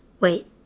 wait